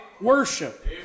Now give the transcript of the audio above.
worship